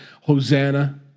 Hosanna